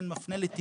כן מפנה לטיפול,